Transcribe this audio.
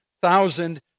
thousand